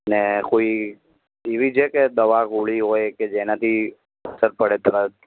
અને કોઈ એવી છે કે દવા ગોળી હોય કે જેનાથી અસર પડે તરત